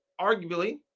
arguably